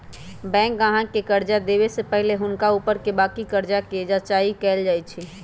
bank गाहक के कर्जा देबऐ से पहिले हुनका ऊपरके बाकी कर्जा के जचाइं कएल जाइ छइ